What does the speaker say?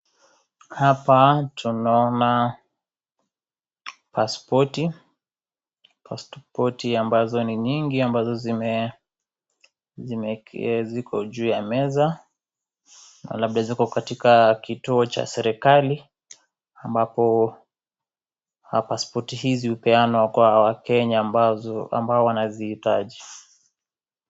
Hapa tunaona pasipoti, pasipoti ambazo ni nyingi ambazo ziko juu ya meza labda ziko katika kituo cha serikali ambapo pasipoti hizi hupeanwa kwa wakenya ambao wanazihitaji.